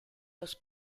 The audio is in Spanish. los